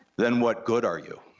then what good are you?